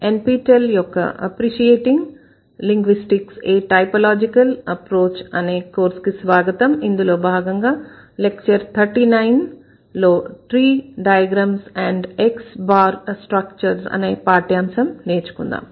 N P tell యొక్క "appreciating linguistics a typological approach" అనే course కి స్వాగతం